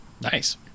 nice